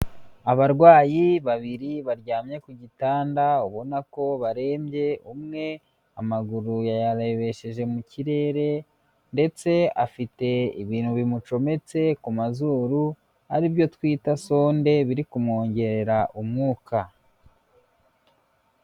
Abarwayi babiri baryamye ku gitanda ubona ko barembye, umwe amaguru yayarebesheje mu kirere ndetse afite ibintu bimucometse ku mazuru ari byo twita sonde biri kumwongerera umwuka.